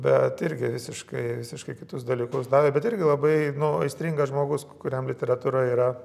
bet irgi visiškai visiškai kitus dalykus davė bet irgi labai nu aistringas žmogus kuriam literatūra yra